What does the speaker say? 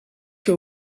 que